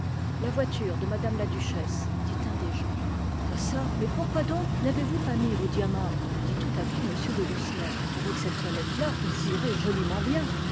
la voiture de madame la duchesse dit un des gens ah çà mais pourquoi donc n'avez-vous pas mis vos diamants dit tout à coup m de lucenay avec cette toilette là ils iraient joliment bien